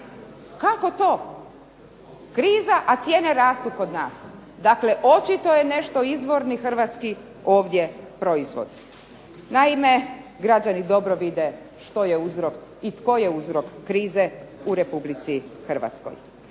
Kako to? Kriza a cijene rastu kod nas. Dakle očito je nešto izvorni hrvatski ovdje proizvod. Naime građani dobro vide što je uzrok i tko je uzrok krize u Republici Hrvatskoj.